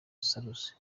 salusi